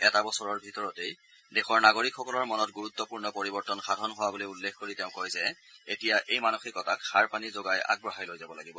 এটা বছৰৰ ভিতৰতেই দেশৰ নাগৰিকসকলৰ মনত গুৰুত্বপূৰ্ণ পৰিৱৰ্তন সাধন হোৱা বুলি উল্লেখ কৰি তেওঁ কয় যে এতিয়া আমি এই মানসিকতাক সাৰ পানী যোগাই অধিক আগবঢ়াই লৈ যাব লাগিব